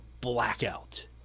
blackout